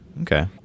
Okay